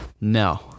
no